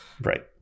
Right